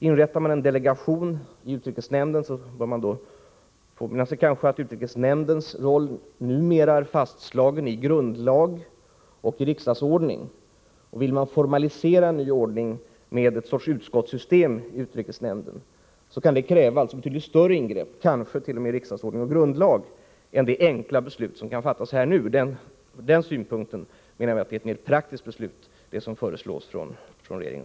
Inrättar man en delegation i utrikesnämnden bör man kanske påminna sig att utrikesnämndens roll numera är fastslagen i grundlag och riksdagsordning. Vill man formalisera en ny ordning med ett sorts utskottssystem i utrikesnämnden kan det kräva betydligt större ingrepp — kanske t.o.m. i riksdagsordning och grundlag — än det enkla beslut som kan fattas här nu. Ur den synpunkten menar jag att regeringens och utskottsmajoritetens förslag är mer praktiskt.